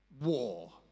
War